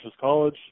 College